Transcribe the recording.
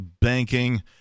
banking